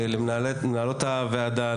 למנהלות הוועדה,